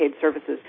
Services